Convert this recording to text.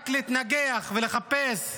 רק להתנגח ולחפש אשמים?